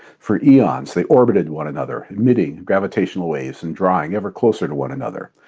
for eons, they orbited one another, emitting gravitational waves, and drawing ever closer to one another.